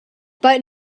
but